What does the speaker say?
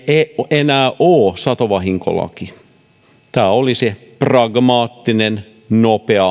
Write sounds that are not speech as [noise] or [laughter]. enää ole satovahinkolakia tämä olisi pragmaattisin nopein [unintelligible]